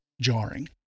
jarring